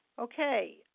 Okay